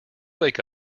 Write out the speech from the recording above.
wake